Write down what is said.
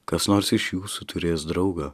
kas nors iš jūsų turės draugą